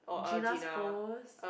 Gina's post